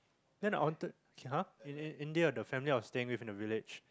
then I wanted okay [huh] in India the family I was staying with in the village